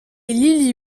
lili